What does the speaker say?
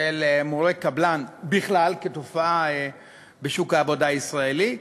של מורי קבלן בכלל, כתופעה בשוק העבודה הישראלי,